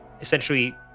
essentially